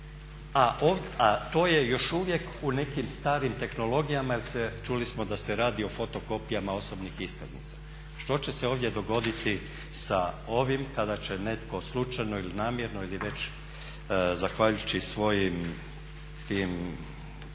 a to je još uvijek u nekim starim tehnologijama jer čuli smo da se radi o fotokopijama osobnih iskaznica. Što će se ovdje dogoditi sa ovim kada će netko slučajno ili namjerno ili već zahvaljujući svojim tim